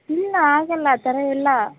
ಇಲ್ಲ ಆಗೋಲ್ಲ ಆ ಥರ ಎಲ್ಲ